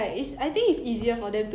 ya that's true